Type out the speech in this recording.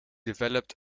developed